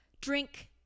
drink